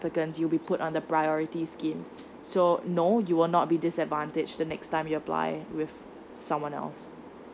applicant you will be put on the priority scheme so no you will not be this advantage the next time you apply it with someone else